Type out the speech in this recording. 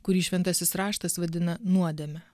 kurį šventasis raštas vadina nuodėme